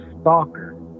stalker